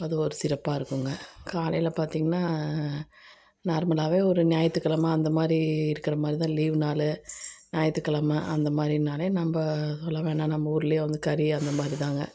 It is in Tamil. அது ஒரு சிறப்பாக இருக்குதுங்க காலையில் பார்த்திங்கனா நார்மலாகவே ஒரு ஞாயித்துக்கெழமை அந்த மாதிரி இருக்கிற மாதிரிதான் லீவு நாள் ஞாயித்துக்கெழமை அந்த மாதிரினாலே நம்ப அதெல்லாம் வேணாம் நம்ப ஊரிலயே வந்து கறி அந்த மாதிரிதாங்க